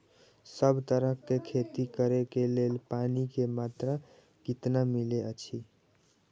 सब तरहक के खेती करे के लेल पानी के मात्रा कितना मिली अछि?